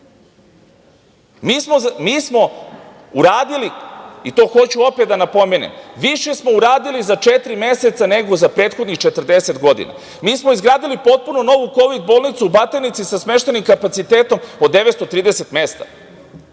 kovid bolnice. Hoću opet da napomenem, više smo uradili za četiri meseca nego za prethodnih 40 godina. Mi smo izgradili potpuno novu kovid bolnicu u Batajnici sa smeštajnim kapacitetom od 930 mesta,